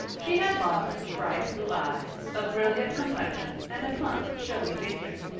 she had large, bright-blue eyes, a brilliant complexion, and a plump showy figure.